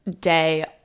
day